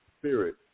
spirit